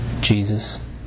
Jesus